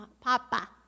papa